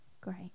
great